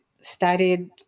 studied